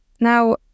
Now